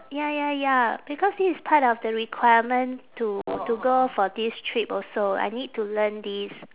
ya ya ya because this is part of the requirement to to go for this trip also I need to learn this